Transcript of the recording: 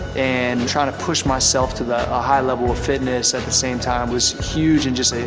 and trying to push myself to the a higher level of fitness at the same time was huge and just